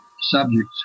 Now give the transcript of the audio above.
subjects